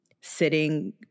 sitting